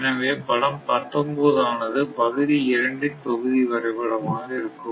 எனவே படம் 19 ஆனது பகுதி இரண்டின் தொகுதி வரைபடம் ஆக இருக்கும்